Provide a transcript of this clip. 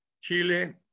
Chile